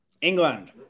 England